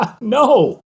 No